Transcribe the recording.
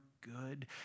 good